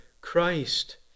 Christ